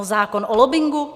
Zákon o lobbingu.